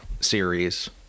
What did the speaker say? series